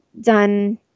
done